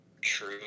true